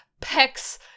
pecs